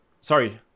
sorry